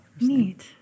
Neat